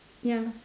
ya